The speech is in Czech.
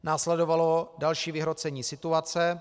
Následovalo další vyhrocení situace.